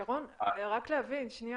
ירון, רק להבין, שנייה.